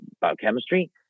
biochemistry